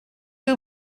who